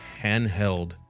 handheld